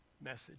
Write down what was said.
message